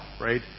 right